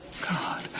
god